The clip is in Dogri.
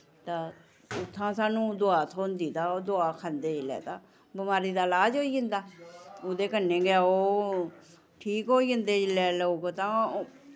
तां उत्थां सानूं दोआ थ्होंदी तां ओ दोआ खंदे जिल्लै तां बमारी दा लाज होई जंदा ओह्दे कन्नै गै ओह् ठीक होई जन्दे जिल्लै लोक तां